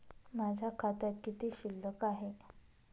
माझ्या खात्यात किती शिल्लक आहे?